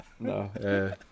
No